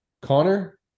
Connor